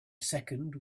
second